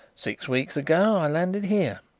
six weeks ago i landed here.